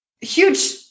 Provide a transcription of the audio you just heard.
huge